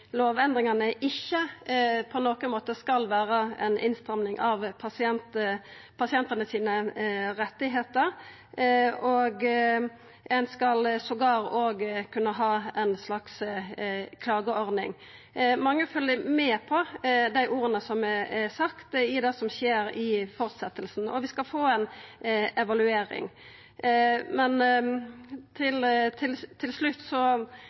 lovendringane ikkje på nokon måte skal vera ei innstramming av pasientane sine rettar, og ein skal til og med òg kunna ha ei slags klageordning. Mange følgjer med på dei orda som er sagde, og på det som skjer i fortsetjinga, og vi skal få ei evaluering. Til